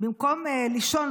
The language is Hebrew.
במקום לישון,